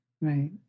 Right